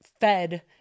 fed